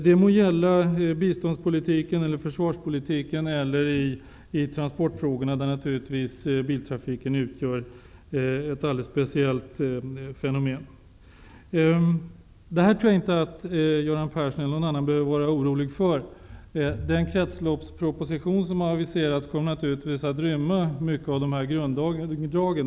Det må gälla biståndspolitiken, försvarspolitiken eller transportfrågor, där biltrafiken naturligtvis utgör ett särskilt fenomen. Det här tror jag inte att Göran Persson eller någon annan behöver vara orolig för. Den aviserade kretsloppspropositionen kommer naturligtvis att rymma många av grunddragen.